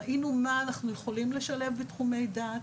ראינו מה אנחנו יכולים לשלב בתחומי דעת,